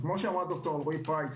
כפי שאמרה ד"ר אלרעי-פרייס